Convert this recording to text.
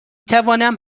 توانم